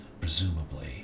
presumably